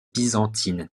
byzantine